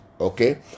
Okay